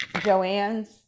Joanne's